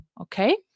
okay